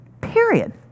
period